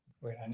Wait